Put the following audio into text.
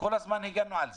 כל הזמן הגנו על זה.